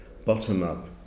bottom-up